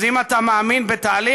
אז אם אתה מאמין בתהליך,